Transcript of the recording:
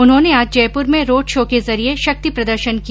उन्होंने आज जयपुर में रोड़ शो के जरिये शक्ति प्रदर्शन किया